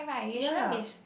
ya